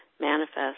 manifest